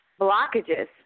blockages